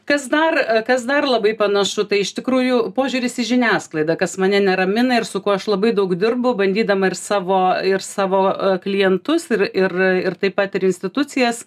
kas dar kas dar labai panašu tai iš tikrųjų požiūris į žiniasklaidą kas mane neramina ir su kuo aš labai daug dirbu bandydama ir savo ir savo klientus ir ir ir taip pat ir institucijas